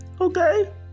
okay